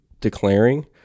declaring